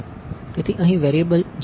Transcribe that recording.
તેથી અહીં વેરિએબલ છે